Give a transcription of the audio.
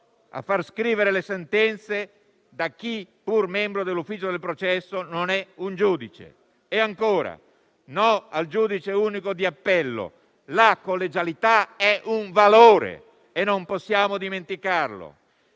a far scrivere le sentenze da chi, pur membro dell'ufficio per il processo, non è un giudice. E ancora: no al giudice unico di appello; la collegialità è un valore e non possiamo dimenticarlo.